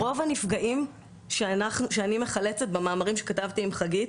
רוב הנפגעים שאני מחלצת וכתבתי עליהם במאמרים שכתבתי עם חגית,